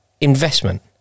investment